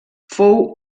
fou